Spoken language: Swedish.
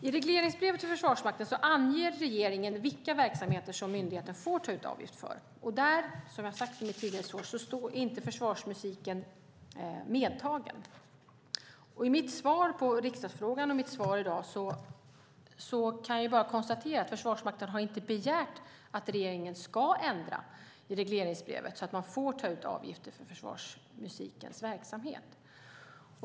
I regleringsbrevet till Försvarsmakten anger regeringen vilka verksamheter som myndigheten får ta ut avgift för, och där, som jag har sagt i mitt svar, är försvarsmusiken inte medtagen. I mitt svar på den skriftliga frågan och i mitt svar på interpellationen i dag kan jag bara konstatera att Försvarsmakten inte har begärt att regeringen ska ändra i regleringsbrevet så att man får ta ut avgifter för försvarsmusikens verksamhet.